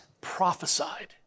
prophesied